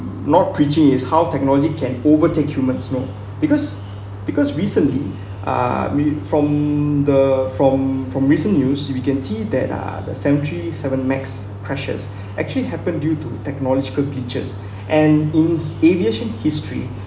not preaching is how technology can overtake humans you know because because recently uh ma~ from the from from recent news if you can see that are the sanctuary seven max crashes actually happen due to technological teachers and in aviation history